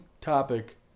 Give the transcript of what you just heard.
topic